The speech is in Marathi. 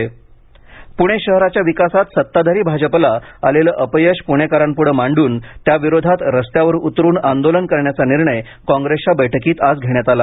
पणे काँग्रेस बैठक प्रणे शहराच्या विकासात सत्ताधारी भाजपला आलेलं अपयश प्रणेकरांपुढे मांडून त्याविरोधात रस्त्यावर उतरून आंदोलन करण्याचा निर्णय काँग्रेसच्या बैठकीत आज घेण्यात आला